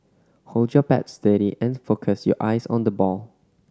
hold your bat steady and focus your eyes on the ball